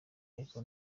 ariko